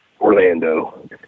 Orlando